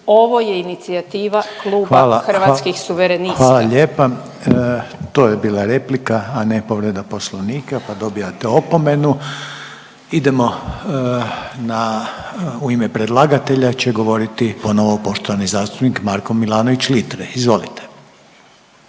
hvala lijepa./… Kluba Hrvatskih suverenista. **Reiner, Željko (HDZ)** To je bila replika, a ne povreda Poslovnika pa dobijate opomenu. Idemo na, u ime predlagatelja će govoriti ponovo poštovani zastupnik Marko Milanović Litre. Izvolite.